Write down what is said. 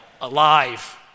alive